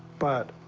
but